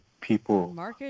people